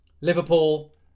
Liverpool